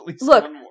Look